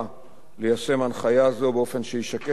ליישם הנחיה זו באופן שישקף, ככלל,